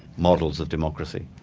models of democracy.